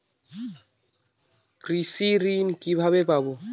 কৃষি ঋন কিভাবে পাব?